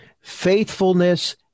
faithfulness